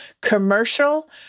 commercial